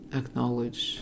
acknowledge